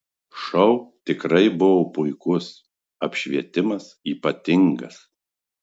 šou tikrai buvo puikus apšvietimas ypatingas